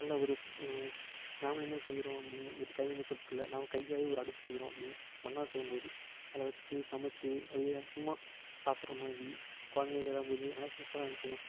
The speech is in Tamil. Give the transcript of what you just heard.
நல்ல ஒரு நாமளுமே செய்கிறோம் அப்படிங்குனு ஒரு கைவினை பொருட்களை நாம் கையாலேயே ஒரு அடுப்பு செய்கிறோம் அப்படின்னு மண்ணால் செய்யும்போது அதை வெச்சு சமைச்சி அப்படியே சும்மா சாப்பிட்ற மாதிரி குழந்தைங்கல்லாம் கொடுத்து நல்லா சூப்பராக இருந்துச்சுங்க